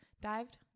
dived